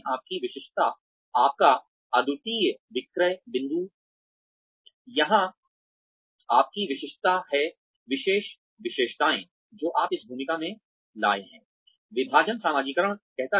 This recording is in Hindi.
आपकी विशिष्टता आपका अद्वितीय विक्रय बिंदु यहां आपकी विशिष्टता है विशेष विशेषताएँ जो आप इस भूमिका में लाए हैं